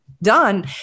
done